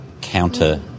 counter